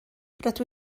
rydw